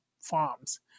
farms